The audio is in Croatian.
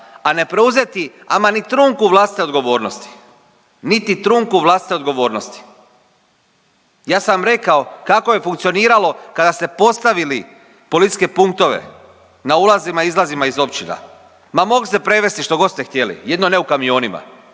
a ne preuzeti ama ni trunku vlastite odgovornosti niti trunku vlastite odgovornosti. Ja sam rekao kako je funkcioniralo kada ste postavili policijske punktove na ulazima-izlazima iz općina, ma mogli ste prevesti štogod ste htjeli jedino ne u kamionima.